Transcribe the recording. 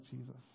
Jesus